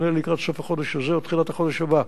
נדמה לי עד סוף החודש הזה או תחילת החודש הבא.